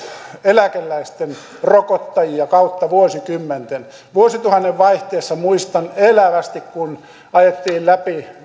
eläkeläisten rokottajia kautta vuosikymmenten vuosituhannen vaihteessa muistan elävästi kun ajettiin läpi